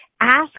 Ask